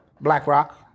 BlackRock